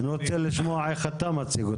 אני רוצה לשמוע איך אתה מציג אותו.